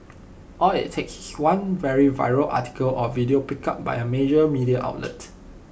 all IT takes is one very viral article or video picked up by A major media outlet